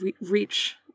reach